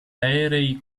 aerei